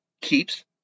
keeps